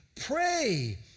Pray